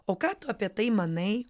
o ką tu apie tai manai